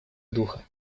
духа